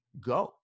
go